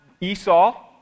Esau